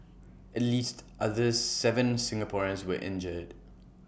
at least other Seven Singaporeans were injured